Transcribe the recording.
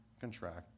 contract